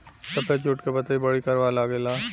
सफेद जुट के पतई बड़ी करवा लागेला